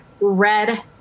red